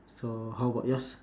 so how about yours